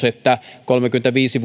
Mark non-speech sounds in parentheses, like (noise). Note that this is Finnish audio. (unintelligible) että kolmekymmentäviisi (unintelligible)